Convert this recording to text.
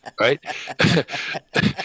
Right